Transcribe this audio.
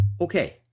okay